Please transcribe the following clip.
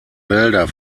wälder